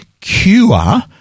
Cure